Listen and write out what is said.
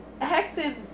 acting